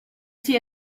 see